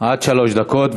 עד שלוש דקות.